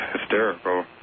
hysterical